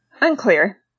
Unclear